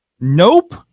Nope